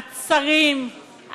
הצרים,